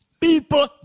People